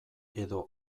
edo